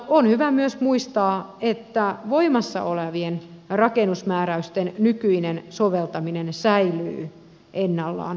on hyvä myös muistaa että voimassa olevien rakennusmääräysten nykyinen soveltaminen säilyy ennallaan siirtymäkauden ajan